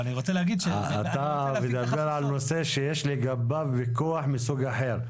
אתה מדבר על נושא שיש לגביו ויכוח מסוג אחר.